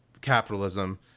capitalism